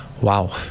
Wow